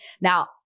now